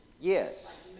Yes